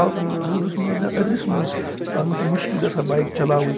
آو نہٕ روٗدَس منٛز یا أدرِس منٛز اَتھ منٛز چھُ مُشکِل گَژھان بایک چَلاوٕنۍ